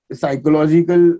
psychological